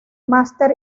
máster